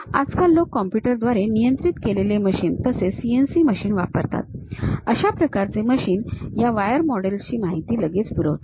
आजकाल लोक कॉम्प्युटर द्वारे नियंत्रित केलेले मशीन तसेच सीएनसी मशीन वापरतात अशा प्रकारचे मशिन या वायर मॉडेल्सची माहिती लगेच पुरवतात